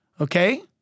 Okay